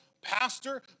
pastor